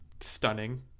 stunning